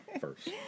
first